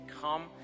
come